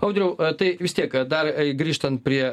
audriau tai vis tiek dar grįžtant prie